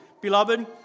beloved